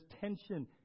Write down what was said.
tension